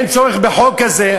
אין צורך בחוק כזה,